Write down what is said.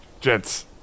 gents